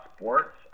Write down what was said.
sports